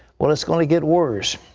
well, it's going to get worse.